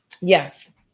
yes